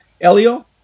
Elio